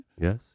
Yes